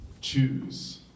choose